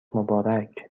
مبارک